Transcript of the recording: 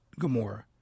Gamora